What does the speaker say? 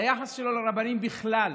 היחס שלו לרבנים בכלל.